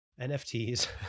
NFTs